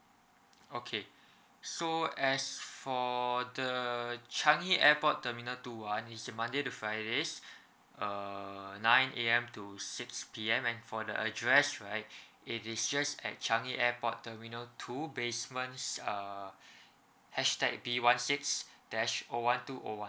okay so as for the changi airport terminal two one is uh monday to fridays uh nine A_M to six P_M and for the address right it is just at changi airport terminal two basement's uh hashtag b one six dash o one two o one